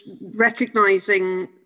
recognizing